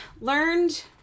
learned